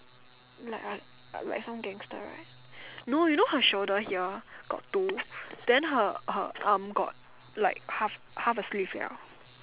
like a lot like some gangster right no you know her shoulder here got two then her her arm got like half half a sleeve liao